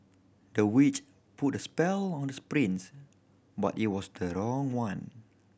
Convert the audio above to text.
the witch put a spell on the prince but it was the wrong one